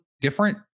different